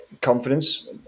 confidence